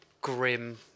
grim